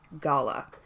gala